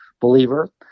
believer